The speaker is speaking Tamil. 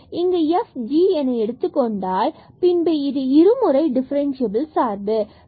இங்கு f and g என எடுத்துக்கொண்டால் பின்பு இது இருமுறை டிஃபரண்சியபில் சார்பு ஆகும்